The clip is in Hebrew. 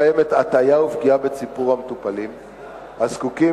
קיימת הטעיה ופגיעה בציבור המטופלים הזקוקים